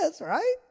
right